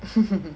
mmhmm